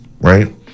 right